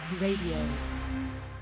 radio